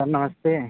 sir नमस्ते